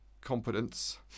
competence